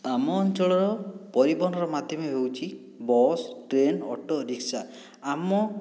ଆମ ଅଞ୍ଚଳର ପରିବହନର ମାଧ୍ୟମ ହେଉଛି ବସ୍ ଟ୍ରେନ୍ ଅଟୋ ରିକ୍ସା ଆମ